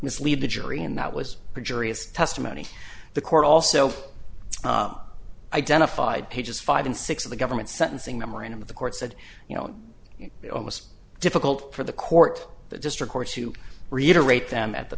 mislead the jury and that was perjury is testimony the court also identified pages five and six of the government's sentencing memorandum of the court said you know almost difficult for the court the district court to reiterate them at the